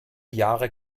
jahre